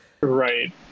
Right